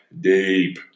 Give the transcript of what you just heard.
deep